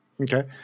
Okay